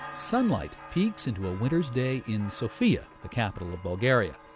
sunlight peeks into a winter's day in sofia, the capital of bulgaria.